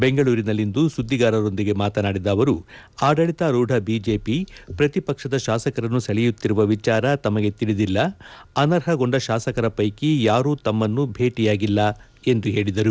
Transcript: ಬೆಂಗಳೂರಿನಲ್ಲಿಂದು ಸುದ್ದಿಗಾರರೊಂದಿಗೆ ಮಾತನಾಡಿದ ಅವರು ಆಡಳಿತಾರೂಢ ಬಿಜೆಪಿ ಪ್ರತಿಪಕ್ಷದ ಶಾಸಕರನ್ನು ಸೆಳೆಯುತ್ತಿರುವ ವಿಚಾರ ತಮಗೆ ತಿಳಿದಿಲ್ಲ ಅನರ್ಹಗೊಂಡ ಶಾಸಕರ ಪ್ಟೆಕಿ ಯಾರೂ ತಮ್ಮನ್ನು ಭೇಟಿಯಾಗಿಲ್ಲ ಎಂದು ಹೇಳಿದರು